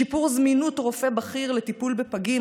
שיפור זמינות רופא בכיר לטיפול בפגים,